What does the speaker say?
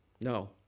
No